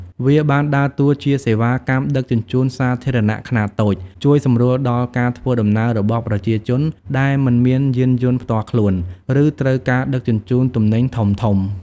វាបានដើរតួជាសេវាកម្មដឹកជញ្ជូនសាធារណៈខ្នាតតូច ជួយសម្រួលដល់ការធ្វើដំណើររបស់ប្រជាជនដែលមិនមានយានយន្តផ្ទាល់ខ្លួន ឬត្រូវការដឹកជញ្ជូនទំនិញធំៗ។